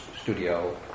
studio